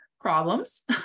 problems